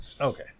Okay